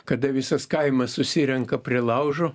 kada visas kaimas susirenka prie laužo